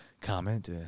comment